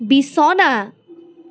বিছনা